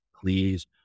please